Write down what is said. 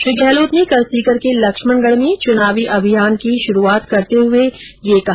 श्री गहलोत ने कल सीकर के लक्ष्मणगढ में चुनावी अभियान की शुरूआत करते हुए यह कहा